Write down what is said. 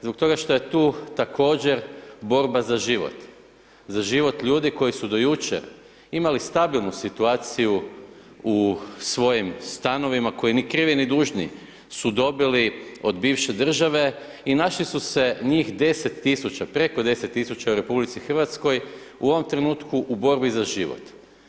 Zbog toga što je tu također borba za život, za život ljudi koji su do jučer imali stabilnu situaciju u svojim stanovima koji ni krivi ni dužni su dobili od bivše države i našli su se njih 10 000, preko 10 000 u RH u ovom trenutku u borbi za život.